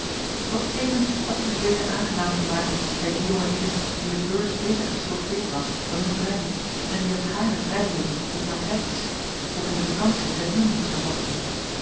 doch tevens had hij zich weten aangenaam te maken bij die jonge lieden wier beurs beter gestoffeerd was dan hun brein en die hem gaarne vrijhielden op hun partijtjes of in de vakantie ten hunnent verzochten